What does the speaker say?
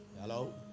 Hello